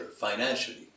financially